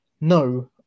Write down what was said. no